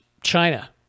China